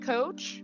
Coach